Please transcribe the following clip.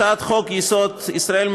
הצעת חוק-יסוד: ישראל,